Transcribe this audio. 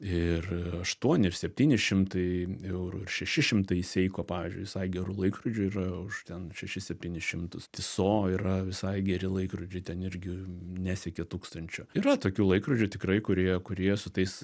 ir aštuoni ir septyni šimtai eurų ir šeši šimtai seiko pavyzdžiui visai gerų laikrodžių yra už ten šešis septynis šimtus tiso yra visai geri laikrodžiai ten irgi nesiekia tūkstančio yra tokių laikrodžių tikrai kurie kurie su tais